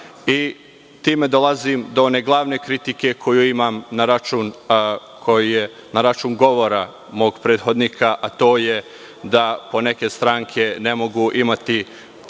i time dolazim do glavne kritike koju imam na račun govora mog prethodnika, a to je da neke stranke ne mogu imati tapiju